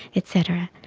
et cetera.